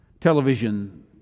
television